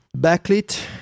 backlit